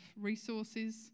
resources